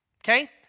okay